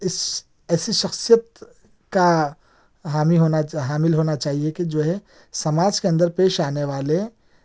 اِس ایسی شخصیت کا حامی ہونا چاہ حامل ہونا چاہیے کہ جو ہے سماج کے اندر پیش آنے والے